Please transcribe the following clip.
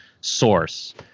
source